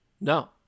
No